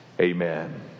amen